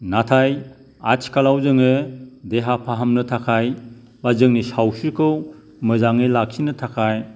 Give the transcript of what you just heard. नाथाय आथिखालाव जोङो देहा फाहामनो थाखाय बा जोंनि सावस्रिखौ मोजाङै लाखिनो थाखाय